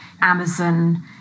Amazon